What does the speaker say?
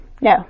No